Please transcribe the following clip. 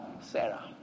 Sarah